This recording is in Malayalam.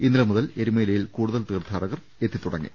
ഇന്നലെ മുതൽ എരുമേലിയിൽ കൂടുതൽ തീർത്ഥാടകർ എത്തിത്തുടങ്ങി